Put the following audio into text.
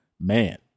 man